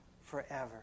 forever